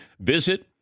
Visit